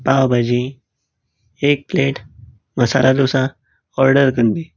पाव भाजी एक plate masala dosa order कन्न दी